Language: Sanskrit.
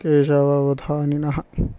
केशव अवधानिनः